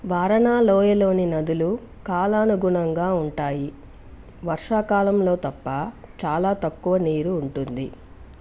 వారణా లోయలోని నదులు కాలానుగుణంగా ఉంటాయి వర్షాకాలంలో తప్ప చాలా తక్కువ నీరు ఉంటుంది